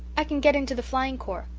i can get into the flying-corps.